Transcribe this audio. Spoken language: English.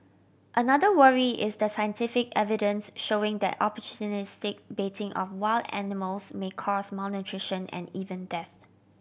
another worry is the scientific evidence showing that opportunistic baiting of wild animals may cause malnutrition and even death